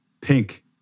pink